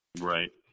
Right